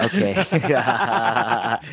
Okay